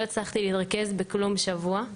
לא יכולתי להתרכז בכלום שבוע.